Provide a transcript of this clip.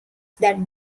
that